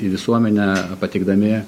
į visuomenę pateikdami